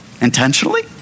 Intentionally